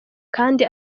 kandi